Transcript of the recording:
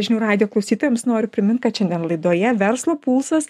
žinių radijo klausytojams noriu primint kad šiandien laidoje verslo pulsas